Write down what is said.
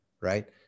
Right